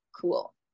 cool